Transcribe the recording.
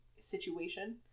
situation